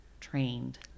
trained